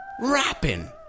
rapping